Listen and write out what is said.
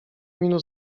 minut